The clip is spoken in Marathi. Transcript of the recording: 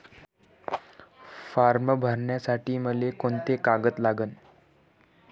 फारम भरासाठी मले कोंते कागद लागन?